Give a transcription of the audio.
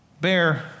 bear